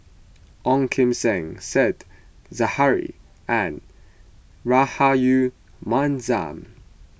Ong Kim Seng Said Zahari and Rahayu Mahzam